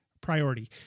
priority